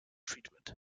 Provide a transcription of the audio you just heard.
treatment